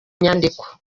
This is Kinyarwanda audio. nyandiko